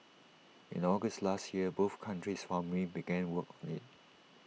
in August last year both countries formally began work on IT